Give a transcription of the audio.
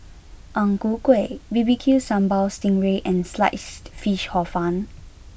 Ang Ku Kueh B B Q Sambal Sting Ray and Sliced Fish Hor Fun